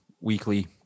weekly